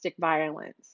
violence